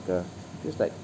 a just like